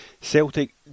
Celtic